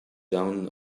down